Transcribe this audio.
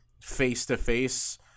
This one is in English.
face-to-face